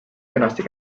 kenasti